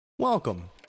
Welcome